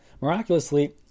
Miraculously